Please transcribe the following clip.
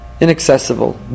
Inaccessible